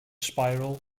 spiral